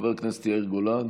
חבר הכנסת יאיר גולן,